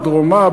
בדרומה,